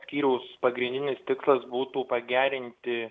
skyriaus pagrindinis tikslas būtų pagerinti